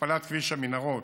הכפלת כביש המנהרות,